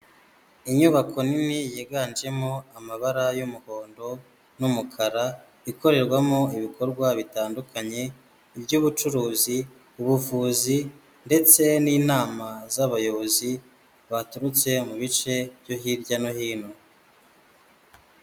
Inyubako nini, yiganjemo amabara y'umuhondo n'umukara, ikorerwamo ibikorwa bitandukanye, iby'ubucuruzi, ubuvuzi, ndetse n'inama z'abayobozi baturutse mu bice byo hirya no hino.